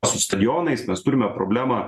su stadionais mes turime problemą